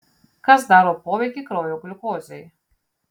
kas daro poveikį kraujo gliukozei